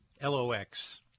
L-O-X